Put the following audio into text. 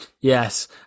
Yes